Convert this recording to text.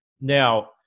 Now